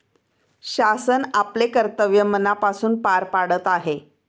शासन आपले कर्तव्य मनापासून पार पाडत आहे